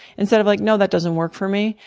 instead of, like no, that doesn't work for me.